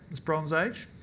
it's bronze age.